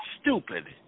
Stupid